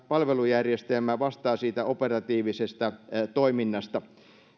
palvelujärjestelmä vastaa siitä operatiivisesta toiminnasta